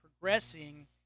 progressing